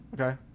Okay